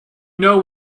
know